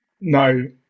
No